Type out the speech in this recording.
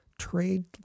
trade